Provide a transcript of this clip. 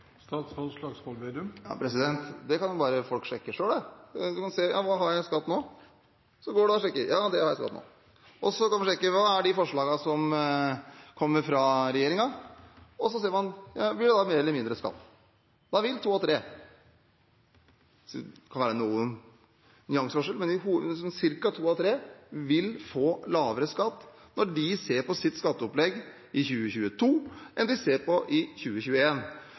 Det kan folk sjekke selv. Man kan se hva har jeg i skatt nå, og så går man og sjekker. Ja, det har jeg i skatt nå. Og så kan man sjekke forslagene som kommer fra regjeringen, og så ser man om det da blir mer eller mindre i skatt. Da vil sånn ca. to av tre – det kan være noen nyanseforskjeller – få lavere skatt når de ser på sitt skatteopplegg i 2022